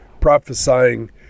prophesying